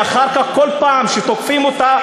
ואחר כך כל פעם שתוקפים אותה,